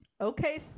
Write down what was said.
Okay